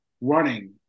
running